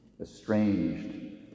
estranged